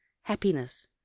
happiness